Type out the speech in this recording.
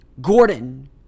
Gordon